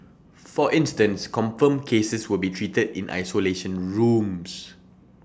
for instance confirmed cases will be treated in isolation rooms